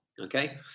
okay